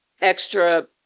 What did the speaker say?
extra